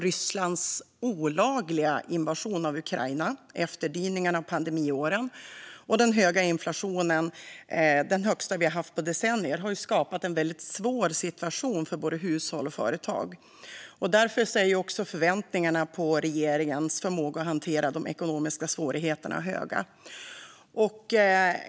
Rysslands olagliga invasion av Ukraina, efterdyningarna av pandemiåren och den högsta inflationen som vi har haft på decennier har skapat en väldigt svår situation för både hushåll och företag. Därför är också förväntningarna på regeringens förmåga att hantera de ekonomiska svårigheterna stora.